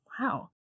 Wow